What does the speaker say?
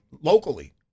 locally